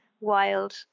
wild